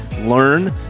learn